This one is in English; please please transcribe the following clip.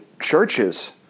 churches